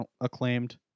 acclaimed